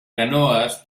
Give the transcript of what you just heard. canoes